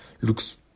looks